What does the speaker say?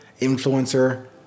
influencer